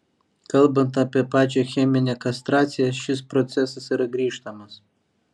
kalbant apie pačią cheminę kastraciją šis procesas yra grįžtamas